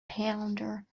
pounder